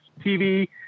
TV